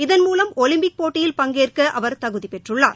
இதன் மூலம் ஒலிம்பிக் போட்டியில் பங்கேற்க அவர் தகுதிப் பெற்றுள்ளார்